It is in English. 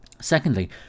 Secondly